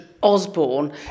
Osborne